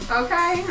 okay